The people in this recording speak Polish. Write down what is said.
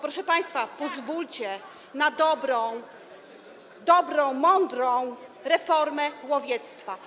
Proszę państwa, pozwólcie na dobrą, mądrą reformę łowiectwa.